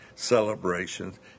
celebrations